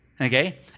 okay